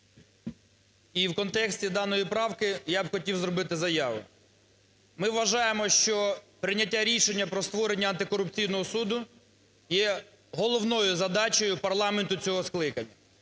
І в контексті даної правки я б хотів зробити заяву. Ми вважаємо, що прийняття рішення про створення антикорупційного суду є головною задачею парламенту цього скликання.